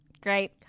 Great